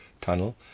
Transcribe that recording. Tunnel